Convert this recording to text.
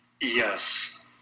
Yes